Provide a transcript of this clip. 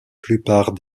plupart